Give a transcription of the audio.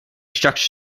structure